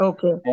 Okay